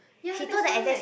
ya that's why